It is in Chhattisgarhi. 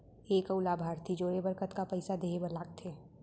एक अऊ लाभार्थी जोड़े बर कतका पइसा देहे बर लागथे?